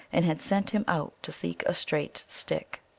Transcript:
and had sent him out to seek a straight stick.